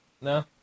No